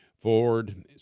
Ford